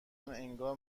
انگار